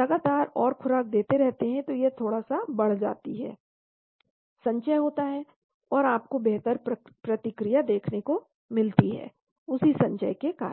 लगातार और खुराक देते रहते हैं तो यह थोड़ा सा बढ़ जाती है संचय होता है और आपको बेहतर प्रतिक्रिया देखने को मिलती है उसी संचय के कारण